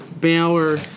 Bauer